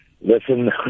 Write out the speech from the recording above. Listen